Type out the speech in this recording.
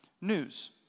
news